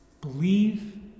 Believe